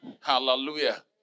Hallelujah